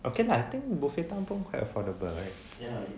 okay lah I think buffet town quite affordable right